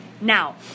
Now